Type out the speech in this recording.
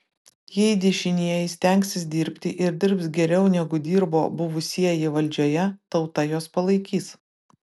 jei dešinieji stengsis dirbti ir dirbs geriau negu dirbo buvusieji valdžioje tauta juos palaikys